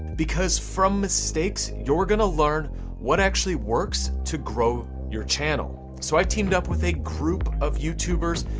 because from mistakes you're gonna learn what actually works to grow your channel. so i've teamed up with a group of youtubers,